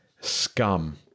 Scum